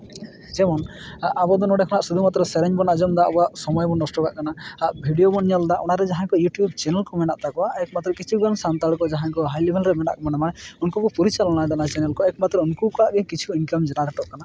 ᱡᱮᱢᱚᱱ ᱟᱵᱚᱫᱚ ᱱᱚᱸᱰᱮ ᱠᱷᱚᱱᱟᱜ ᱥᱩᱫᱷᱩ ᱢᱟᱛᱨᱚ ᱥᱮᱨᱮᱧ ᱵᱚᱱ ᱟᱸᱡᱚᱢᱫᱟ ᱟᱵᱚᱣᱟᱜ ᱥᱚᱢᱚᱭ ᱵᱚᱱ ᱱᱚᱥᱴᱚ ᱠᱟᱜ ᱠᱟᱱᱟ ᱵᱷᱤᱰᱭᱳ ᱵᱚᱱ ᱧᱮᱞᱫᱟ ᱚᱱᱟᱨᱮ ᱡᱟᱦᱟᱸᱭ ᱠᱚ ᱤᱭᱩᱴᱩᱵᱽ ᱪᱮᱱᱮᱞ ᱠᱚ ᱢᱮᱱᱟᱜ ᱛᱟᱠᱚᱣᱟ ᱮᱠ ᱢᱟᱛᱨᱚ ᱠᱤᱪᱷᱩ ᱜᱟᱱ ᱥᱟᱱᱛᱟᱲ ᱠᱚ ᱡᱟᱦᱟᱸᱭ ᱠᱚ ᱦᱟᱭ ᱞᱮᱵᱮᱞ ᱨᱮ ᱢᱮᱱᱟᱜ ᱵᱚᱱᱟ ᱢᱟᱱᱮ ᱩᱱᱠᱩ ᱠᱚ ᱯᱚᱨᱤᱪᱟᱞᱚᱱᱟᱭᱫᱟ ᱚᱱᱟ ᱪᱮᱱᱮᱞ ᱠᱚ ᱮᱠᱢᱟᱛᱨᱚ ᱩᱱᱠᱩ ᱠᱚᱣᱟᱜ ᱜᱮ ᱠᱤᱪᱷᱩ ᱤᱱᱠᱟᱢ ᱡᱮᱱᱟᱨᱮᱴᱚᱜ ᱠᱟᱱᱟ